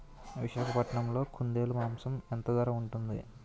విశాఖపట్నంలో కుందేలు మాంసం ఎంత ధర ఉంటుంది?